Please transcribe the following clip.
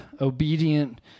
obedient